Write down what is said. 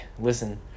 listen